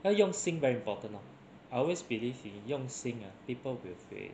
要用心 very important lor I always believe 你用心 ah people will feel it